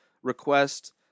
request